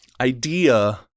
idea